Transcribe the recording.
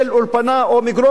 אולפנה ומגרון,